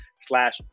slash